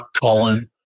Colin